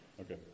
Okay